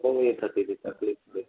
બહુ એ થતી હતી તકલીફ થોડી